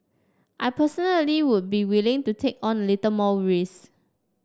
I personally would be willing to take on a little more risk